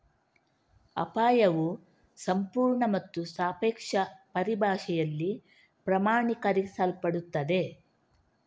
ಅಪಾಯವು ಸಂಪೂರ್ಣ ಮತ್ತು ಸಾಪೇಕ್ಷ ಪರಿಭಾಷೆಯಲ್ಲಿ ಪ್ರಮಾಣೀಕರಿಸಲ್ಪಡುತ್ತದೆ